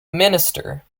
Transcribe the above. minister